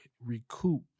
recoup